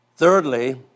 Thirdly